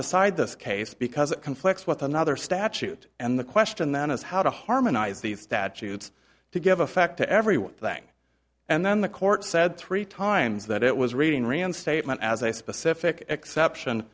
decide this case because it conflicts with another statute and the question then is how to harmonize these statutes to give effect to every one thing and then the court said three times that it was reading reinstatement as a specific exception